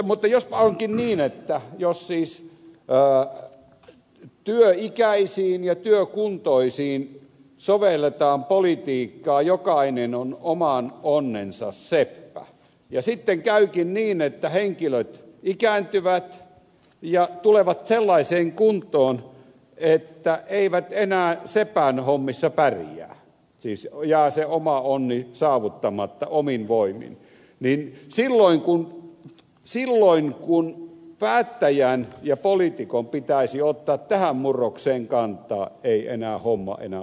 jospa onkin niin että jos työikäisiin ja työkuntoisiin sovelletaan politiikkaa jokainen on oman onnensa seppä ja sitten käykin niin että henkilöt ikääntyvät ja tulevat sellaiseen kuntoon että eivät enää sepän hommissa pärjää siis jää se oma onni saavuttamatta omin voimin niin silloin kun päättäjän ja poliitikon pitäisi ottaa tähän murrokseen kantaa ei enää homma onnistukaan